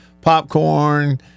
popcorn